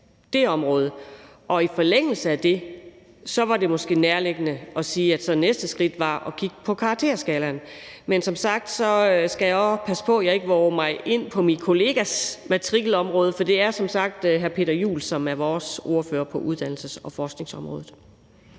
det område, og i forlængelse af det var det måske nærliggende at sige, at næste skridt så var at kigge på karakterskalaen. Men som sagt skal jeg også passe på, at jeg ikke vover mig ind på min kollegas matrikelområde. For det er som sagt hr. Peter Juel-Jensen, som er vores ordfører på uddannelses- og forskningsområdet.